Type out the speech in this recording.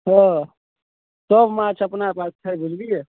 हऽ सब माँछ अपना पास छै बुझलियै